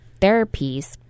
therapies